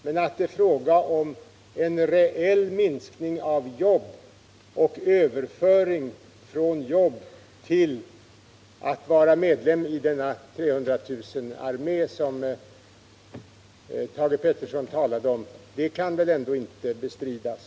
Att det då är fråga om en reell minskning av antalet jobb och en överflyttning från att ha jobb till att vara med i denna 300 000-armé, som Thage Peterson talade om, kan väl ändå inte bestridas.